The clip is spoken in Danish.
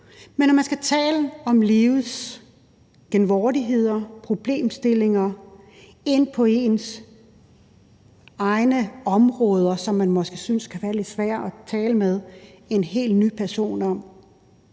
Men når man skal tale om livets genvordigheder og om problemstillinger, hvor man kommer ind på områder, som man måske synes kan være lidt svære at tale med en helt ny person om,